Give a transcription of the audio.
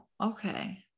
okay